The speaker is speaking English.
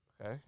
Okay